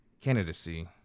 candidacy